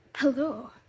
Hello